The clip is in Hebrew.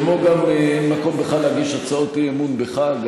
וגם אין מקום בכלל להגיש הצעות אי-אמון בחג.